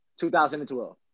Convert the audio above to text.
2012